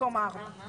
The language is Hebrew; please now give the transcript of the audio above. במקום ארבע ישיבות.